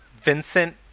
Vincent